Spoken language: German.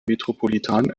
metropolitan